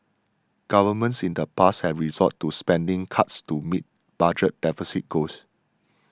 Governments in the past have resorted to spending cuts to meet budget deficit goals